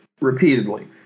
repeatedly